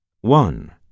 One